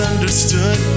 understood